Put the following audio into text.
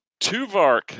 Tuvark